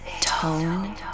Tone